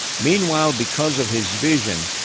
meanwhile, because of his vision,